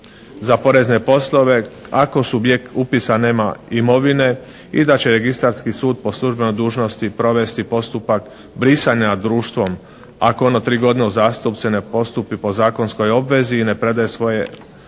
za porezne poslove ako subjekt upisa nema imovine i da će registarski sud po službenoj dužnosti provesti postupak brisanja društvom ako ono tri godine uzastopce ne postupi po zakonskoj obvezi i ne predaje svoje